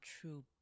true